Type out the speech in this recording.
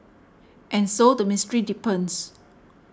and so the mystery deepens